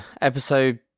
Episode